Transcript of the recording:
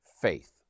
faith